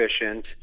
efficient